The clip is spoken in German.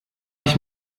ich